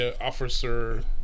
Officer